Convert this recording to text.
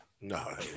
No